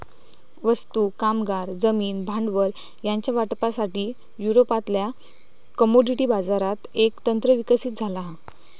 वस्तू, कामगार, जमीन, भांडवल ह्यांच्या वाटपासाठी, युरोपातल्या कमोडिटी बाजारात एक तंत्र विकसित झाला हा